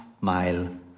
mile